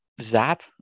Zap